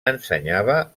ensenyava